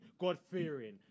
God-fearing